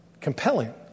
compelling